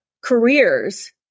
careers